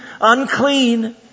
unclean